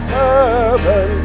heaven